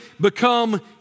become